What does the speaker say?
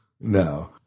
No